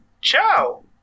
Ciao